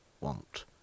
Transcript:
want